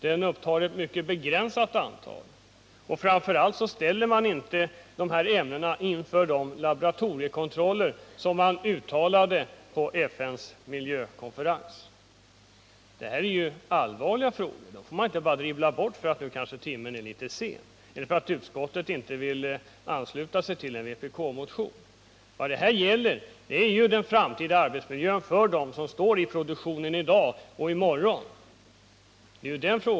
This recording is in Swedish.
Den upptar ett mycket begränsat antal ämnen. Framför allt underkastar man inte de här ämnena de laboratoriekontroller som man talade om på FN:s miljökonferens. Det här är allvarliga frågor som man inte får dribbla bort bara därför att timmen är litet sen eller därför att utskottet inte vill ansluta sig till en vpkmotion. Vad det gäller är den framtida arbetsmiljön för dem som befinner sig i produktionen i dag och i morgon.